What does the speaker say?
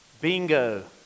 Bingo